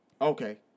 Okay